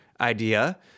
idea